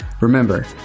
Remember